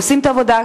עושים את העבודה,